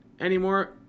anymore